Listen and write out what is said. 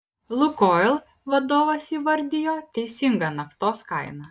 lukoil vadovas įvardijo teisingą naftos kainą